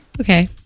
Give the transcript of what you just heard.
Okay